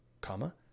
comma